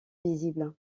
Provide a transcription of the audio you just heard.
visible